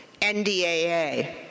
NDAA